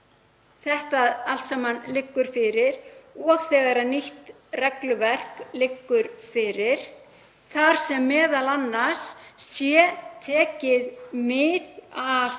þetta allt saman liggur fyrir og þegar nýtt regluverk liggur fyrir þar sem m.a. sé tekið mið af